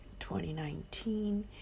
2019